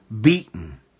beaten